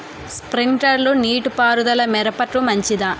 Sprinkler నీటిపారుదల మిరపకు మంచిదా?